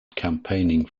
campaigning